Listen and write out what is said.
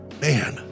Man